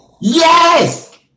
Yes